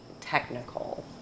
technical